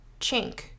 chink